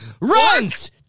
runs